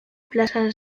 plazan